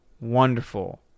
wonderful